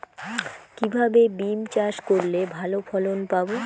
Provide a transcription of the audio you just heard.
কিভাবে বিম চাষ করলে ভালো ফলন পাব?